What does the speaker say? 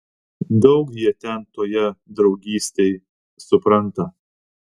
daug jie ten toje draugystėj supranta